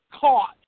caught